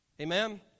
Amen